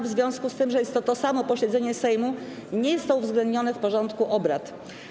W związku z tym, że to jest to samo posiedzenie Sejmu, nie jest to uwzględnione w porządku obrad.